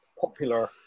popular